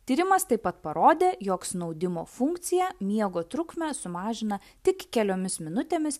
tyrimas taip pat parodė jog snaudimo funkcija miego trukmę sumažina tik keliomis minutėmis